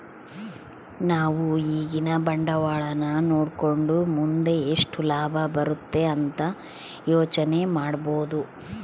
ನಾವು ಈಗಿನ ಬಂಡವಾಳನ ನೋಡಕಂಡು ಮುಂದೆ ಎಷ್ಟು ಲಾಭ ಬರುತೆ ಅಂತ ಯೋಚನೆ ಮಾಡಬೋದು